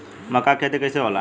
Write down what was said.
मका के खेती कइसे होला?